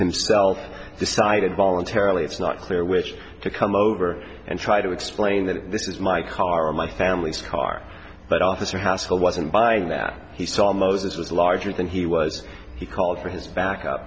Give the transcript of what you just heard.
himself decided voluntarily it's not clear which to come over and try to explain that this is my car or my family's car but officer haskell wasn't buying that he saw moses was larger than he was he called for his back up